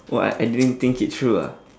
!wah! I didn't think it through ah